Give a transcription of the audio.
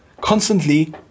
constantly